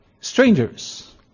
strangers